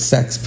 Sex